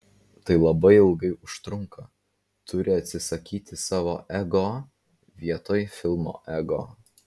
tai labai ilgai užtrunka turi atsisakyti savo ego vietoj filmo ego